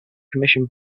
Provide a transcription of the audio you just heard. commissioned